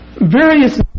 Various